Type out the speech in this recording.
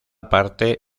parte